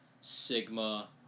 sigma